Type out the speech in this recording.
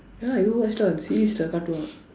ya you go watch lah the series ல காட்டுவான்:la kaatduvaan